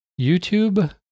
YouTube